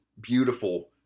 beautiful